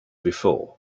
before